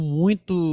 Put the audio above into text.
muito